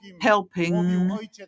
helping